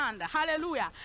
Hallelujah